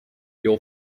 your